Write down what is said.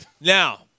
Now